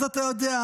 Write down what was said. אז אתה יודע,